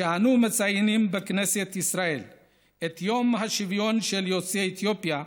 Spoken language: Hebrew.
כשאנו מציינים בכנסת ישראל את יום השוויון של יוצאי אתיופיה,